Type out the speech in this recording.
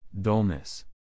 Dullness